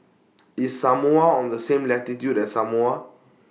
IS Samoa on The same latitude as Samoa